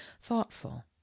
thoughtful